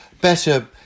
better